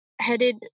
headed